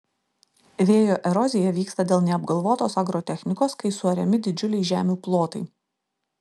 vėjo erozija vyksta dėl neapgalvotos agrotechnikos kai suariami didžiuliai žemių plotai